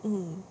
mm